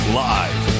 live